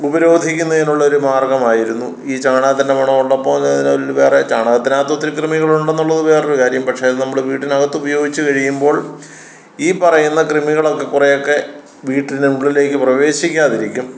ഉപരോധിക്കുന്നതിനുള്ളൊരു മാർഗ്ഗമായിരുന്നു ഈ ചാണകത്തിൻ്റെ മണമുള്ളപ്പോള് വേറെ ചാണകത്തിനകത്തൊത്തിരി കൃമികളുണ്ടെന്നുള്ളത് വേറൊരു കാര്യം പക്ഷേ അത് നമ്മള് വീടിനകത്തുപയോഗിച്ച് കഴിയുമ്പോൾ ഈ പറയുന്ന കൃമികളൊക്കെ കുറെയൊക്കെ വീട്ടിനുള്ളിലേക്ക് പ്രവേശിക്കാതിരിക്കും